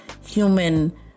human